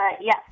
yes